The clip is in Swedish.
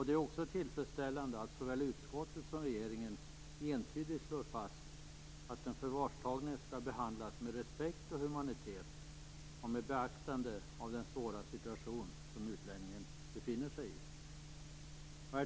Det är också tillfredsställande att såväl utskottet som regeringen entydigt slår fast att den förvarstagne skall behandlas med respekt och humanitet och med ett beaktande av de svåra situation som utlänningen befinner sig i.